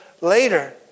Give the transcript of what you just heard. later